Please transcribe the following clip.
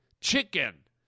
chicken